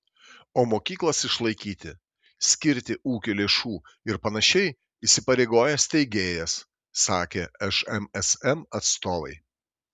o mokyklas išlaikyti skirti ūkio lėšų ir panašiai įsipareigoja steigėjas sakė šmsm atstovai